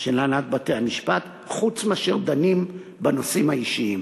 של הנהלת בתי-המשפט חוץ מאשר כשדנים בנושאים האישיים.